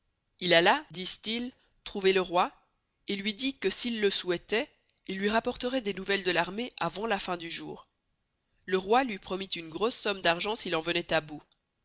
il alla disent-ils trouver le roi et luy dit que s'il le souhaitoit il luy rapporteroit des nouvelles de l'armée avant la fin du jour le roi luy promit une grosse somme d'argent s'il en venoit à bout